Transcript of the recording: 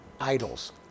idols